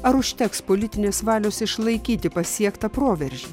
ar užteks politinės valios išlaikyti pasiektą proveržį